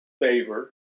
Favor